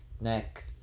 neck